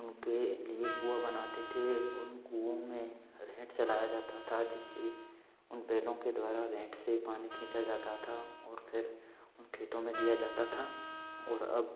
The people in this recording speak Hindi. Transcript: उनके लिए कुआँ बनाते थे उन कुओं में रहट चलाया जाता था जिससे उन बैलों के द्वारा रहट से पानी खींचा जाता था और फिर उन खेतों में दिया जाता था और अब